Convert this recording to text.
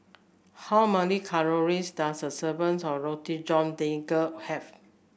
how many calories does a serving's of Roti John Daging have